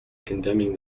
condemning